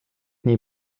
nii